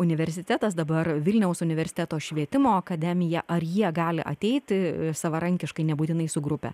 universitetas dabar vilniaus universiteto švietimo akademija ar jie gali ateiti savarankiškai nebūtinai su grupe